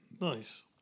Nice